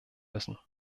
müssen